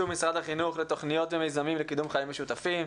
משרד החינוך לתוכניות ומיזמים לקידום חיים משותפים,